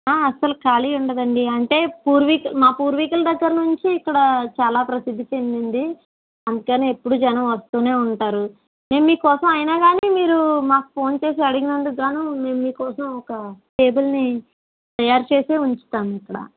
అసలు ఖాళీ ఉండదండి అంటే పూర్వీకు మా పూర్వీకుల దగ్గరనుంచి ఇక్కడ చాలా ప్రసిద్ధి చెందిందీ అందుకని ఎప్పుడూ జనం వస్తూనే ఉంటారు మేము మీకోసం అయినా కానీ మీరు మాకు ఫోన్ చేసి అడిగినందుకుగాను మీకోసం ఒక టేబుల్ ని తయారు చేసే ఉంచుతాం ఇక్కడ